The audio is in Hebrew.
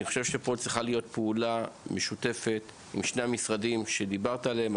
אני חושב שפה צריכה להיות פעולה משותפת של שני המשרדים שדיברת עליהם.